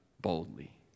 boldly